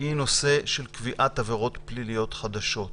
נושא של קביעת עבירות פליליות חדשות.